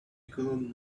could